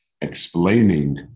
explaining